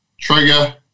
trigger